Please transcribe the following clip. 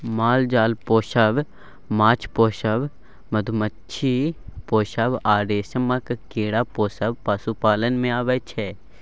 माल जाल पोसब, माछ पोसब, मधुमाछी पोसब आ रेशमक कीरा पोसब पशुपालन मे अबै छै